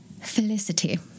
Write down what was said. Felicity